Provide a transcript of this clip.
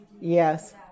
yes